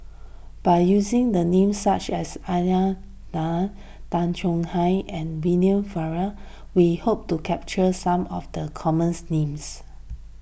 by using the names such as Aisyah Lyana Tay Chong Hai and William Farquhar we hope to capture some of the commons names